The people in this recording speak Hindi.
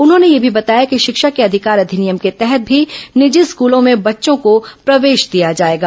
उन्होंने यह भी बताया कि शिक्षा के अधिकार अधिनियम के तहत भी निजी स्कूलों में बच्चों को प्रवेश दिया जाएगा